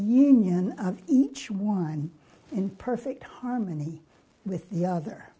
union each one in perfect harmony with the other